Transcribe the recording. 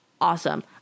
awesome